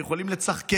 אתם יכולים לצחקק,